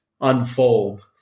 unfold